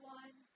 one